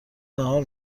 ناهار